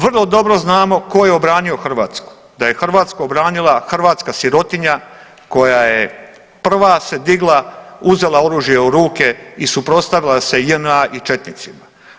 Vrlo dobro znamo tko je obranio Hrvatsku, da je Hrvatsku obranila hrvatska sirotinja koja je prva se digla, uzela oružje u ruke i suprotstavila se JNA i četnicima.